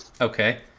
Okay